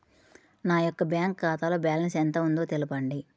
నా యొక్క బ్యాంక్ ఖాతాలో బ్యాలెన్స్ ఎంత ఉందో తెలపండి?